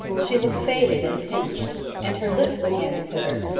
she looked faded and pinched and her lips began to quiver,